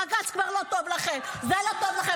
בג"ץ כבר לא טוב לכם, זה לא טוב לכם.